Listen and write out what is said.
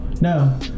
no